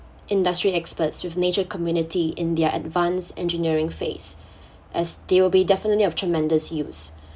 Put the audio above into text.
industry experts with nature community in their advanced engineering phase as they will be definitely of tremendous use